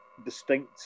distinct